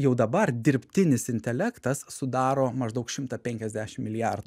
jau dabar dirbtinis intelektas sudaro maždaug šimtą penkiasdešim milijardų